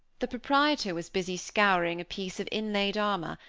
the proprietor was busy scouring a piece of inlaid armor,